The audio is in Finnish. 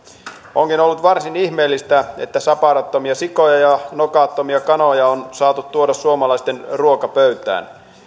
onkin ollut varsin ihmeellistä että saparottomia sikoja ja nokattomia kanoja on saatu tuoda suomalaisten ruokapöytään